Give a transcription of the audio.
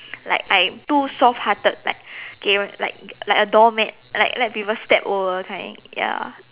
like I'm too soft hearted like 给人 like like a doormat like let people step over kind